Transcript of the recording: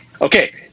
Okay